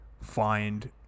find